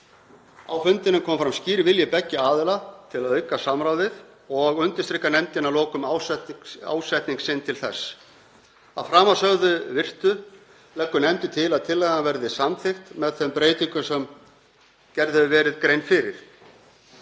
Á fundinum kom fram skýr vilji beggja aðila til að auka samráðið og undirstrikar nefndin að lokum ásetning sinn til þess. Að framansögðu virtu leggur nefndin til að tillagan verði samþykkt með þeim breytingum sem gerð hefur verið grein fyrir.